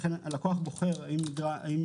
לכן הלקוח בוחר האם